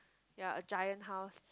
yea a giant house